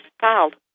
child